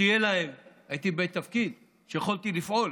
שתהיה להם, הייתי בתפקיד שיכולתי לפעול,